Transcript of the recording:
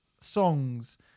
songs